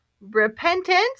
repentance